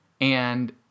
And-